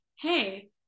hey